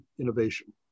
innovation